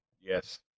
Yes